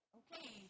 okay